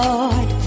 Lord